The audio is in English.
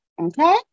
Okay